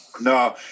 No